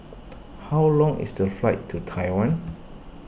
how long is the flight to Taiwan